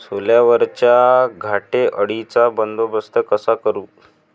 सोल्यावरच्या घाटे अळीचा बंदोबस्त कसा करू?